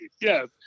Yes